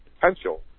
potential